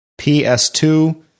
PS2